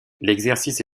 l’exercice